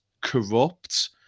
corrupt